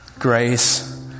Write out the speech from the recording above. grace